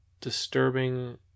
disturbing